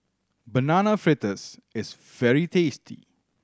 Banana Fritters is very tasty